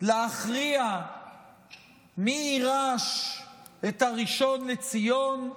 להכריע מי יירש את הראשון לציון,